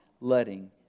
letting